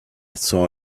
saw